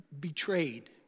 betrayed